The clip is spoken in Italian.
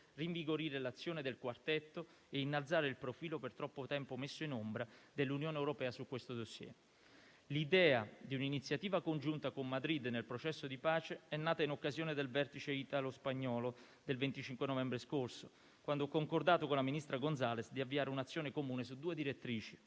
rinvigorire l'azione del quartetto e innalzare il profilo, per troppo tempo messo in ombra, dell'Unione europea sul *dossier*. L'idea di un'iniziativa congiunta con Madrid nel processo di pace è nata in occasione del vertice italo-spagnolo del 25 novembre scorso, quando ho concordato con la ministra Gonzales di avviare un'azione comune su due direttrici.